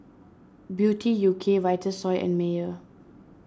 Beauty U K Vitasoy and Mayer